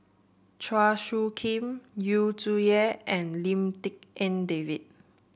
Chua Soo Khim Yu Zhuye and Lim Tik En David